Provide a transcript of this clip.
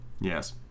Yes